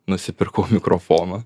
nusipirkau mikrofoną